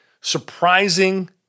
surprising